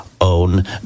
own